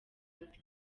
and